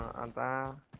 and